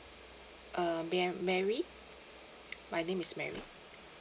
uh may mary my name is mary